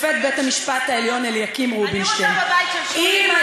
אני רוצה בבית של שולי,